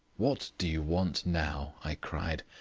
what do you want now? i cried.